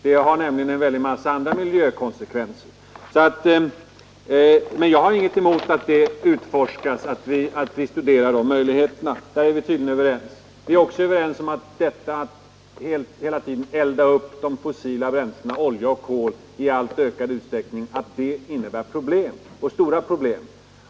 Det skulle nämligen få en hel mängd negativa konsekvenser för miljön. Men jag har inget emot att det utforskas, att vi studerar dessa möjligheter. Där är vi tydligen överens. Vi är också överens om att uppeldning av de fossila bränslena, olja och kol, i alltmer ökad utsträckning innebär problem — och stora problem.